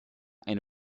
ein